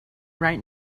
right